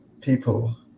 people